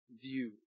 view